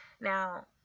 now